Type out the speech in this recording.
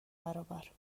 برابر